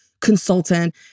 consultant